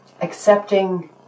accepting